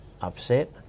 upset